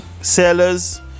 sellers